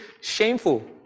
shameful